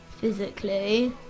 physically